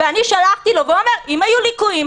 אני שלחתי לו והוא אומר: אם היו ליקויים,